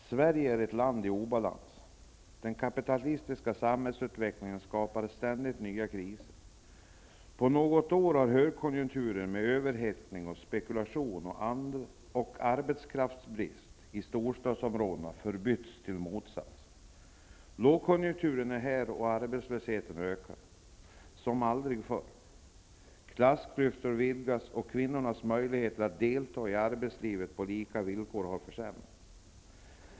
Herr talman! Sverige är ett land i obalans. Den kapitalistiska samhällsutvecklingen skapar ständigt nya kriser. På något år har högkonjunkturen med överhetting, spekulation och arbetskraftsbrist i storstadsområdena förbytts i motsatsen. Lågkonjunkturen är här, och arbetslösheten ökar som aldrig förr. Klassklyftorna vidgas, och kvinnornas möjligheter att delta i arbetslivet på lika villkor som männen har försämrats.